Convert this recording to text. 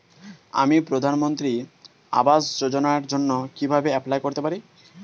আমি প্রধানমন্ত্রী আবাস যোজনার জন্য কিভাবে এপ্লাই করতে পারি?